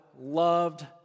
loved